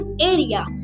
area